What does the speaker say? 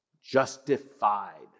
Justified